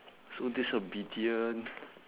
so disobedient